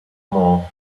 more